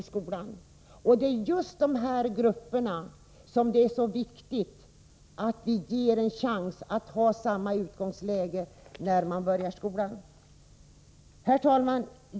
Det är därför mycket viktigt att de utsatta grupperna får en chans, att vi hjälper dem så att de har samma utgångsläge som andra när skolan börjar. Herr talman!